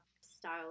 style